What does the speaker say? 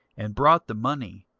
and brought the money,